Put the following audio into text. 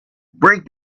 break